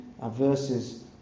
verses